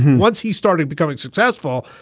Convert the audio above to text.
once he started becoming successful,